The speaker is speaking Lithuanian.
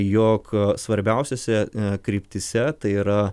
jog svarbiausiose kryptyse tai yra